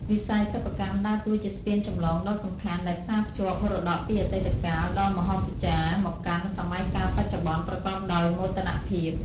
វិស័យសិប្បកម្មដើរតួជាស្ពានចម្លងដ៏សំខាន់ ដែលផ្សារភ្ជាប់មរតកពីអតីតកាលដ៏មហស្ចារ្យ មកកាន់សម័យកាលបច្ចុប្បន្នប្រកបដោយមោទនភាព។